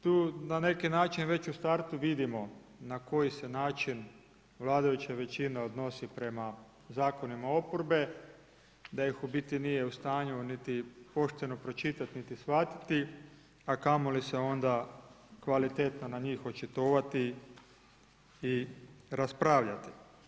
Tu na neki način, već u startu, na koji se način vladajuća većina odnosi prema zakonima oporbe, da ih u biti nije u stanju niti pošteno pročitat, niti shvatiti, a kamoli se onda kvalitetno na njih očitovati i raspravljati.